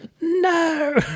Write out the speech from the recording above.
no